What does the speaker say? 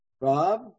Rob